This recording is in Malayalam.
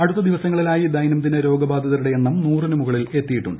അടുത്ത ദിവസങ്ങളിലായി ദൈനംദിന രോഗബാധിതരുടെ എണ്ണം നൂറിന് മുകളിൽ എത്തിയിട്ടുണ്ട്